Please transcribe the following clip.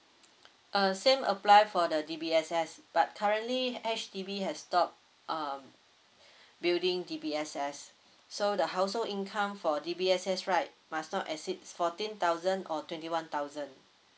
uh same apply for the D_B_S_S but currently H_D_B have stop um building D_B_S_S so the household income for D_B_S_S right must not exceed fourteen thousand or twenty one thousand